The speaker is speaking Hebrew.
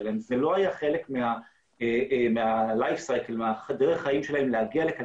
שלהם וזה לא היה חלק מדרך החיים להגיע לכאן,